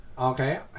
Okay